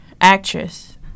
Actress